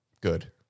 good